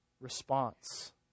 response